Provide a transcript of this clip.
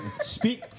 Speak